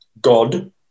God